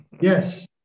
Yes